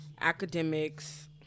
Academics